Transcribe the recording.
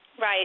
Right